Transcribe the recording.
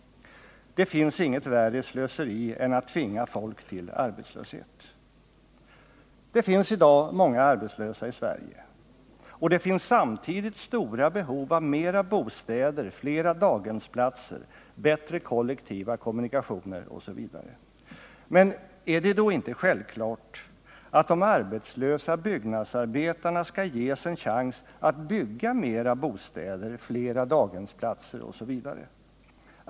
Det finns inget värre slöseri än att tvinga folk till arbetslöshet. Det finns i dag många arbetslösa i Sverige, och det finns samtidigt stora behov av mera bostäder, flera daghemsplatser, bättre kollektiva kommunikationer osv. Men är det då inte självklart att de arbetslösa byggnadsarbetarna skall ges en chans att bygga mera bostäder, flera daghemsplatser osv.?